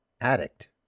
addict